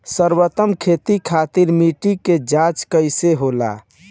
सर्वोत्तम खेती खातिर मिट्टी के जाँच कइसे होला?